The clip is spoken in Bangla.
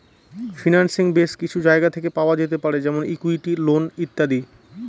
ফিন্যান্সিং বেস কিছু জায়গা থেকে পাওয়া যেতে পারে যেমন ইকুইটি, লোন ইত্যাদি